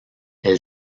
elle